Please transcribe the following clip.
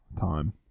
time